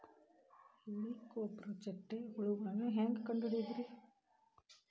ಹೇಳಿಕೋವಪ್ರ ಚಿಟ್ಟೆ ಹುಳುಗಳನ್ನು ಹೆಂಗ್ ಕಂಡು ಹಿಡಿಯುದುರಿ?